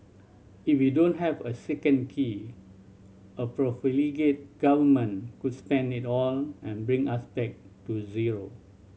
if we don't have a second key a profligate Government could spend it all and bring us back to zero